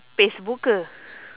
facebook